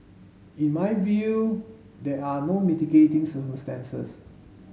in my view there are no mitigating circumstances